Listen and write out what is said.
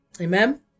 amen